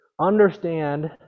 understand